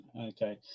Okay